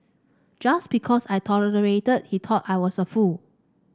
just because I tolerated he thought I was a fool